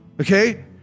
okay